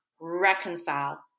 reconcile